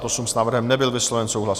S návrhem nebyl vysloven souhlas.